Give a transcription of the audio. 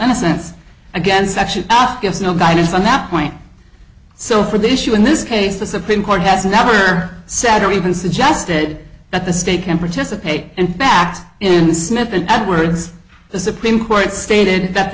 innocence against actually gives no guidance on that point so for the issue in this case the supreme court has never said or even suggested that the state can participate in fact in smith and edwards the supreme court stated that the